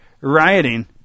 rioting